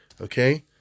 okay